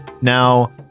Now